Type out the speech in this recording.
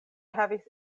havis